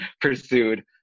pursued